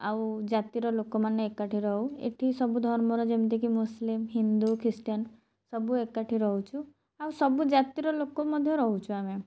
ଆଉ ଜାତିର ଲୋକମାନେ ଏକାଠି ରହୁ ଏଠି ସବୁ ଧର୍ମର ଯେମିତିକି ମୁସଲିମ୍ ହିନ୍ଦୁ ଖ୍ରୀଷ୍ଟିୟାନ୍ ସବୁ ଏକାଠି ରହୁଛୁ ଆଉ ସବୁ ଜାତିର ଲୋକ ବି ମଧ୍ୟ ରହୁଛୁ ଆମେ